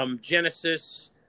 Genesis